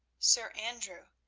sir andrew,